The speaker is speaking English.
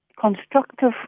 constructive